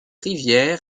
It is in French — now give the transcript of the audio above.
rivière